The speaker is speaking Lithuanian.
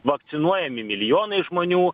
vakcinuojami milijonai žmonių